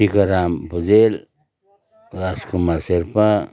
Tikaram Bhujel Rajkumar Sherpa